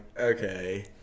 okay